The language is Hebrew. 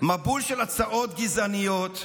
מבול של הצעות גזעניות,